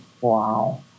Wow